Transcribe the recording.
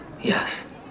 Yes